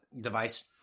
device